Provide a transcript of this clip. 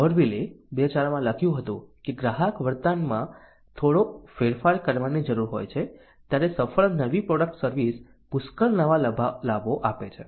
Gourville 2004 માં લખ્યું હતું કે ગ્રાહક વર્તનમાં થોડો ફેરફાર કરવાની જરૂર હોય ત્યારે સફળ નવી પ્રોડક્ટ સર્વિસ પુષ્કળ નવા લાભો આપે છે